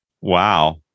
Wow